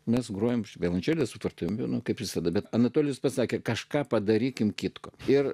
mes grojame violončelės sutartim kaip visada bet anatolis pasakė kažką padarykime kitko ir